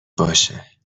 باشه